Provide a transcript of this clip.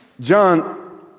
John